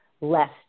less